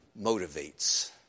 motivates